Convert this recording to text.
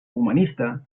humanista